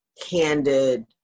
candid